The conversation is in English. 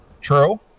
True